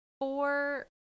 Four